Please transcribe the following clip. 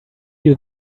you